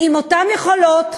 עם אותן יכולות,